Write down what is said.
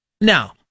Now